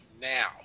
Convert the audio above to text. now